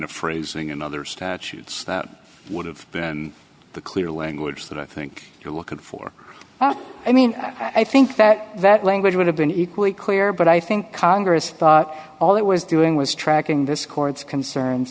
of phrasing and other statutes that would have been the clear language that i think you're looking for i mean i think that that language would have been equally clear but i think congress thought all it was doing was tracking this court's concerns